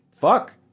Fuck